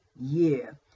year